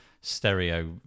stereo